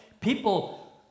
People